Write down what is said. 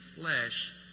flesh